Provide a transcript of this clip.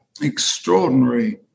extraordinary